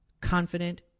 confident